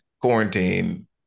quarantine